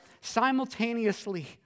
simultaneously